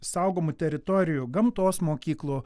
saugomų teritorijų gamtos mokyklų